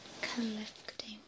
collecting